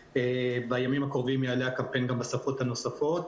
ובימים הקרובים יעלה הקמפיין גם בשפות הנוספות.